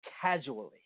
casually